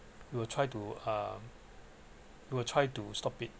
we will try to um we will try to stop it